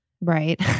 Right